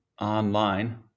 online